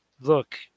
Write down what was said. Look